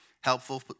Helpful